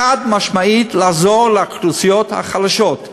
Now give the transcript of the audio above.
חד-משמעית לעזור לאוכלוסיות החלשות,